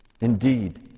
Indeed